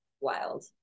wild